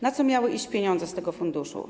Na co miały iść pieniądze z tego funduszu?